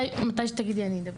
מתי שתגידי אני אדבר.